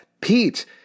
Pete